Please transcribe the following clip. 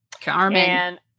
Carmen